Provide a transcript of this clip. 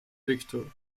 victor